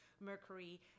Mercury